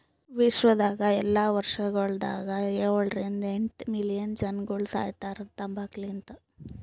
ವಿಶ್ವದಾಗ್ ಎಲ್ಲಾ ವರ್ಷಗೊಳದಾಗ ಏಳ ರಿಂದ ಎಂಟ್ ಮಿಲಿಯನ್ ಜನಗೊಳ್ ಸಾಯಿತಾರ್ ತಂಬಾಕು ಲಿಂತ್